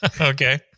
Okay